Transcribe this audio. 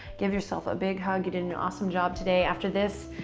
give yourself a big hug. you did an awesome job today. after this,